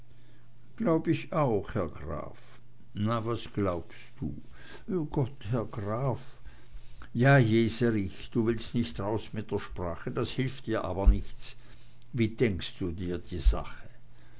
glaub ich auch herr graf na was glaubst du gott herr graf ja jeserich du willst nicht raus mit der sprache das hilft dir aber nichts wie denkst du dir die sache